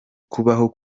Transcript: kubaho